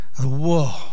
Whoa